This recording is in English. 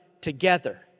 together